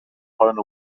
poden